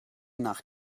nach